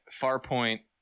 Farpoint